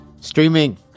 streaming